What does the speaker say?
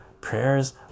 prayers